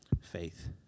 faith